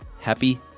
happy